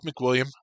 McWilliam